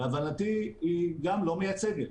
להבנתי היא גם לא מייצגת.